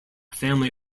family